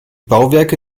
bauwerke